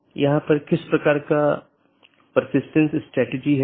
तो यह एक पूर्ण meshed BGP सत्र है